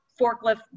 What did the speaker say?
forklift